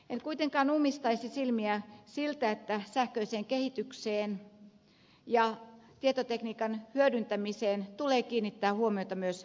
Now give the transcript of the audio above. en kuitenkaan ummistaisi silmiä siltä että sähköiseen kehitykseen ja tietotekniikan hyödyntämiseen tulee kiinnittää huomiota myös postipalveluissa